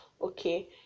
okay